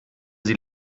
sie